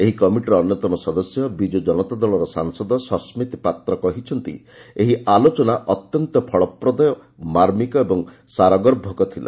ଏହି କମିଟିର ଅନ୍ୟତମ ସଦସ୍ୟ ବିଜୁ ଜନତା ଦଳର ସାଂସଦ ସସ୍କିତ ପାତ୍ର କହିଛନ୍ତି ଏହି ଆଲୋଚନା ଅତ୍ୟନ୍ତ ଫଳପ୍ରଦ ମାର୍ମିକ ଓ ସାରଗର୍ଭକ ଥିଲା